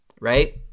right